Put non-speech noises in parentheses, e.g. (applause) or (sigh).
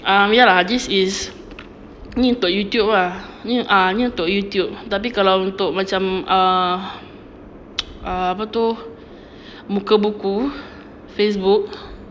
um ya lah this is ni untuk youtube ah ni untuk youtube tapi kalau untuk macam um (noise) um apa tu muka buku facebook